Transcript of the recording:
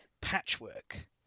Patchwork